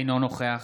אינו נוכח